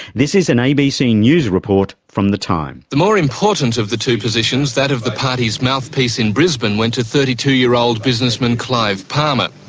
this is an abc news report from the time journalist the more important of the two positions, that of the party's mouthpiece in brisbane, went to thirty two year old businessman, clive palmer.